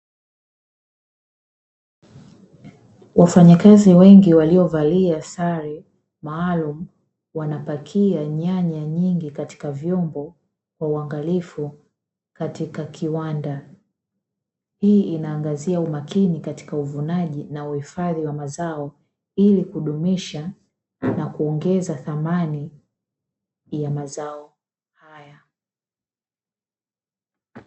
Wanyakazi wengi waliovalia sare maalumu, wanapakia nyanya nyingi katika vyombo kwa uangalifu katika kiwanda. Hii ina angazia umakini katika uvunaji na uhifadhi wa mazao, ili kudumisha na kuongeza thamani ya mazao haya.